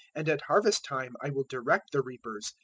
and at harvest-time i will direct the reapers,